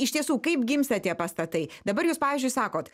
iš tiesų kaip gimsta tie pastatai dabar jūs pavyzdžiui sakot